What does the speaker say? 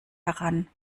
heran